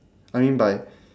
I mean by